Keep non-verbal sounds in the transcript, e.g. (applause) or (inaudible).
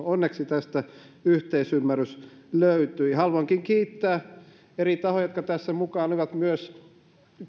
(unintelligible) onneksi tästä yhteisymmärrys löytyi haluankin kiittää eri tahoja jotka tässä mukana olivat myös salista